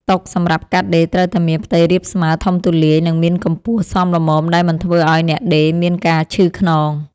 តុសម្រាប់កាត់ដេរត្រូវតែមានផ្ទៃរាបស្មើធំទូលាយ និងមានកម្ពស់សមល្មមដែលមិនធ្វើឱ្យអ្នកដេរមានការឈឺខ្នង។